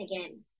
again